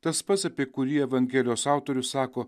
tas pats apie kurį evangelijos autorius sako